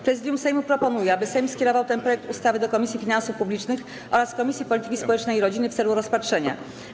Prezydium Sejmu proponuje, aby Sejm skierował ten projekt ustawy do Komisji Finansów Publicznych oraz Komisji Polityki Społecznej i Rodziny w celu rozpatrzenia.